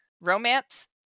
romance